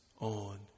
on